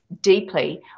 deeply